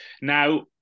Now